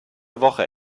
woche